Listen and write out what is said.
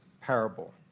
parable